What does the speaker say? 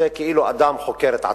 זה כאילו אדם חוקר את עצמו.